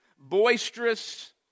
boisterous